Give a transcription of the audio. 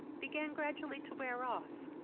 began gradually to wear off.